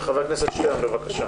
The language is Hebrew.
חבר הכנסת שטרן, בבקשה.